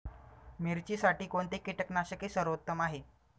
मिरचीसाठी कोणते कीटकनाशके सर्वोत्तम आहे?